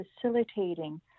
facilitating